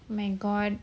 my god